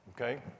Okay